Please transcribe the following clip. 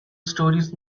stories